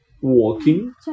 walking